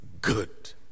good